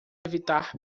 evitar